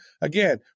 Again